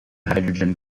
hydrogen